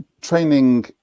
training